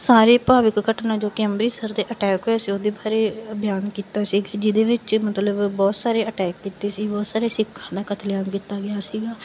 ਸਾਰੇ ਭਾਵਿਕ ਘਟਨਾ ਜੋ ਕਿ ਅੰਮ੍ਰਿਤਸਰ ਦੇ ਅਟੈਕ ਹੋਇਆ ਸੀ ਉਹਦੇ ਬਾਰੇ ਬਿਆਨ ਕੀਤਾ ਸੀ ਕਿ ਜਿਹਦੇ ਵਿੱਚ ਮਤਲਬ ਬਹੁਤ ਸਾਰੇ ਅਟੈਕ ਕੀਤੇ ਸੀ ਬਹੁਤ ਸਾਰੇ ਸਿੱਖਾਂ ਦਾ ਕਤਲੇਆਮ ਕੀਤਾ ਗਿਆ ਸੀਗਾ